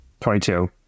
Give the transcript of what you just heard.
22